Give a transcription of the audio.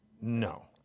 No